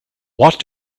what